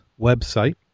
website